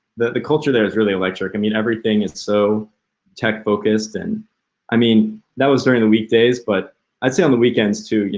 the the culture there is really electric, i mean everything is so tech focused and i mean that was during the weekdays, but i'd say on the weekends too.